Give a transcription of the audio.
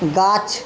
গাছ